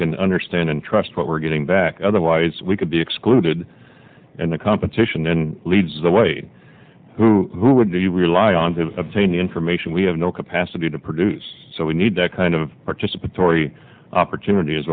can understand and trust what we're getting back otherwise we could be excluded and the competition and leads the way who do you rely on to obtain information we have no capacity to produce so we need that kind of participatory opportunity as